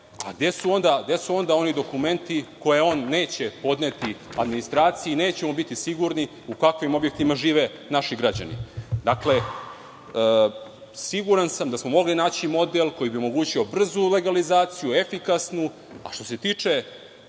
su onda oni dokumenti koje on neće podneti administraciji i nećemo biti sigurni u kakvim objektima žive naši građani? Siguran sam da smo mogli naći model koji bi omogućio brzu legalizaciju, efikasnu, a što se tiče